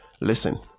Listen